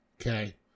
okay